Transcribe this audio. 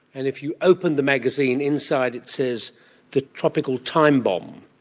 and if you opened the magazine, inside it says the tropical time bomb.